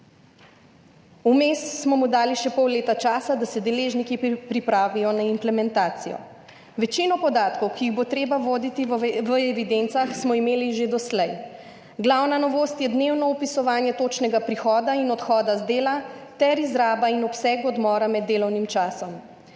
Vmes smo mu dali še pol leta časa, da se deležniki pripravijo na implementacijo. Večino podatkov, ki jih bo treba voditi v evidencah, smo imeli že doslej. Glavna novost je dnevno vpisovanje točnega prihoda in odhoda z dela ter izraba in obseg odmora med delovnim časom.